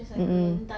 mm mm